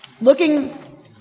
Looking